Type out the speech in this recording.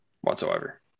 whatsoever